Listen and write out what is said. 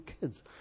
kids